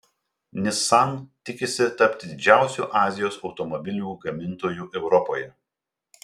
nissan tikisi tapti didžiausiu azijos automobilių gamintoju europoje